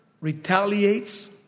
retaliates